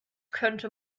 könnte